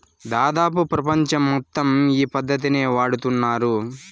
దాదాపు ప్రపంచం మొత్తం ఈ పద్ధతినే వాడుతున్నారు